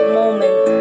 moment